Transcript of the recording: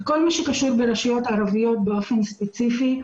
בכל מה שקשור ברשויות ערביות באופן ספציפי,